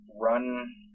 run